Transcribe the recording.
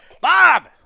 Bob